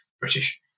British